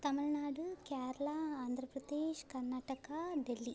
Tamil Nadu Kerala Andhra Pradesh Karnataka Delhi